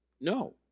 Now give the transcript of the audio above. no